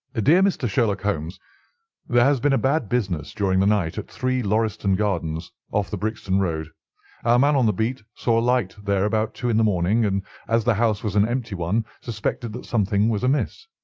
ah dear mr. sherlock holmes there has been a bad business during the night at three, lauriston gardens, off the brixton road. our man on the beat saw a light there about two in the morning, and as the house was an empty one, suspected that something was amiss.